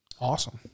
awesome